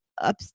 up